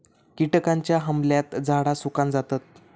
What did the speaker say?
किटकांच्या हमल्यात झाडा सुकान जातत